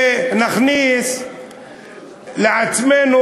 שנכניס לעצמנו,